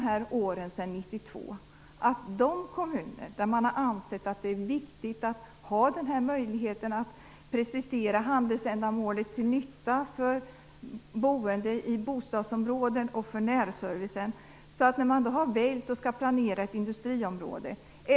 Många kommuner har ansett att det är viktigt att ha möjligheten att precisera handelsändamålet, till nytta för dem som bor i bostadsområdena och för närservicen, när de planerar ett industriområde.